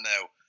now